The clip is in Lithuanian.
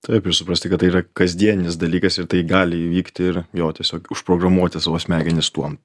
taip ir suprasti kad tai yra kasdienis dalykas ir tai gali įvykti ir jo tiesiog užprogramuoti savo smegenis tuom